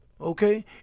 okay